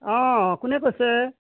অঁ কোনে কৈছে